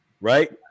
right